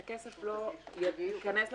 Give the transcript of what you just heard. שהכסף לא ייכנס לספק,